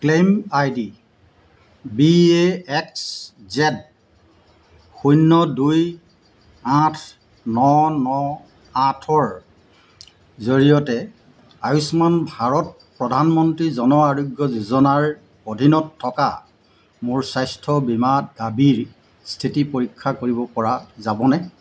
claim ID B A X Z শূন্য দুই আঠ ন ন আঠৰ জৰিয়তে আয়ুষ্মান ভাৰত প্ৰধানমন্ত্ৰী জন আৰোগ্য যোজনাৰ অধীনত থকা মোৰ স্বাস্থ্য বীমা দাবীৰ স্থিতি পৰীক্ষা কৰিব পৰা যাবনে